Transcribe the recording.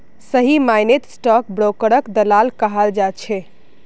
सही मायनेत स्टाक ब्रोकरक दलाल कहाल जा छे